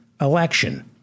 election